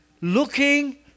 Looking